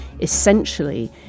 essentially